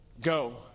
Go